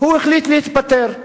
החליט להתפטר,